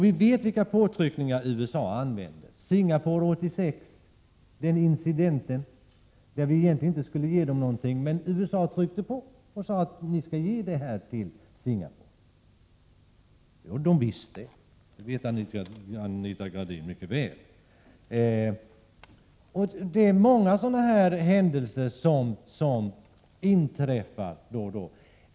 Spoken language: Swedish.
Vi vet vilka påtryckningar som USA använder. Låt mig nämna Singaporeincidenten 1986, då vi egentligen inte skulle leverera någonting till Singapore, men då USA tryckte på och sade att vi skulle leverera. Detta vet Anita Gradin mycket väl. Sådana händelser inträffar då och då.